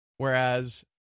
Whereas